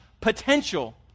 potential